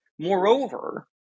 Moreover